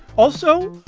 also,